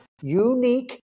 Unique